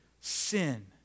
sin